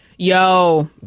Yo